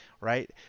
right